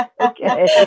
Okay